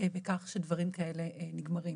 בכך שדברים כאלה נגמרים